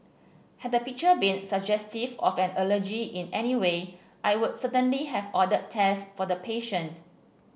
had the picture been suggestive of an allergy in any way I would certainly have ordered tests for the patient